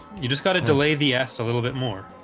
you just got to delay the s a little bit more